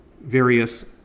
various